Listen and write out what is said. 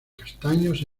castaños